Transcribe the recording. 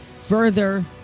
further